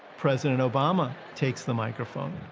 president obama takes the microphone.